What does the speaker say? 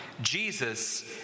Jesus